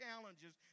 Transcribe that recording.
challenges